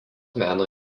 meno